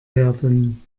werden